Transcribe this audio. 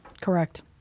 Correct